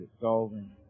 solving